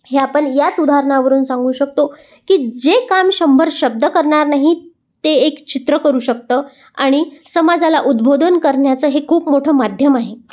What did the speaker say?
हे आपण याच उदाहरणावरून सांगू शकतो की जे काम शंभर शब्द करणार नाही ते एक चित्र करू शकतं आणि समाजाला उद्बोधन करण्याचं हे खूप मोठं माध्यम आहे